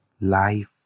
life